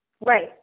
Right